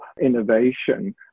innovation